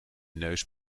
neus